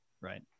Right